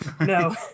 no